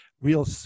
real